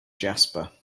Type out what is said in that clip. jasper